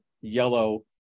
yellow